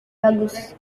bagus